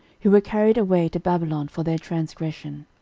who were carried away to babylon for their transgression.